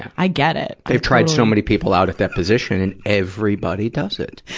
i get it. they've tried so many people out at that position, and everybody does it.